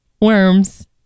worms